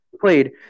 played